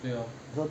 我说